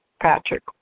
Patrick